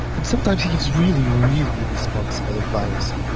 and sometimes he's really, really responsible advice.